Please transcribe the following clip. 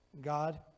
god